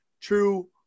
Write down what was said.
True